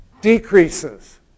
decreases